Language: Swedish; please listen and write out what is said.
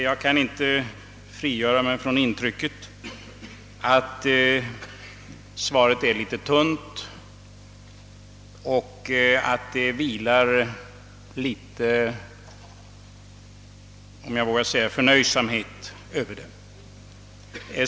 Jag kan inte frigöra mig från intrycket att svaret är litet tunt och att det vilar något av förnöjsamhet över det, om jag så får säga.